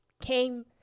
came